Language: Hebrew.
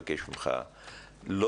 יש לי שם כנראה מניות...נו באמת,